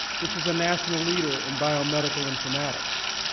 which is a national leader in biomedical informatics.